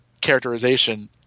characterization